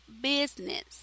business